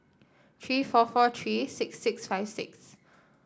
three four four three six six five six